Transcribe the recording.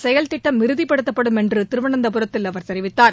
செயல் திட்டம் இறுதிப்படுத்தப்படும் என்று திருவனந்தபுரத்தில் அவர் தெரிவித்தார்